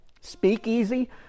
speakeasy